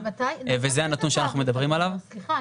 וזה הנתון שאנחנו מדברים עליו --- סליחה,